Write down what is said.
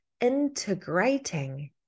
integrating